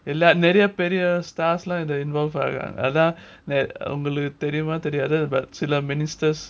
எல்லா நிறைய பெரிய:ellaa niraya periya stars லாம் இதுல:laam idhula involved ஆகுறாங்க:aaguraanga but அதான் உங்களுக்கு தெரியுமா தெரியாதா சில:adhaan ungalukku theriyumaa theriyaathaa sila ministers